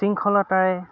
শৃংখলতাৰে